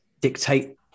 dictate